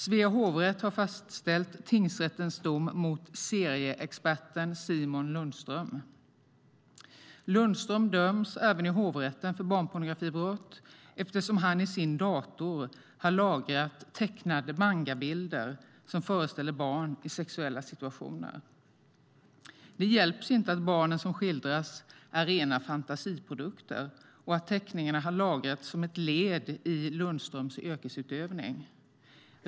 Svea hovrätt har fastställt tingsrättens dom mot serieexperten Simon Lundström. Lundström döms även i hovrätten för barnpornografibrott eftersom han i sin dator har lagrat tecknade mangabilder som föreställer barn i sexuella situationer. Det hjälps inte att barnen som skildras är rena fantasiprodukter och att teckningarna har lagrats som ett led i Lundströms yrkesutövning.